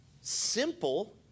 simple